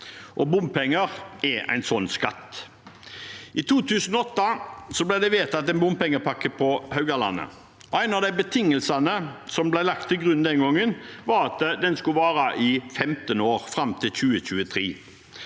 Bompenger er en sånn skatt. I 2008 ble det vedtatt en bompengepakke på Haugalandet. En av betingelsene som ble lagt til grunn den gangen, var at den skulle vare i 15 år, fram til 2023.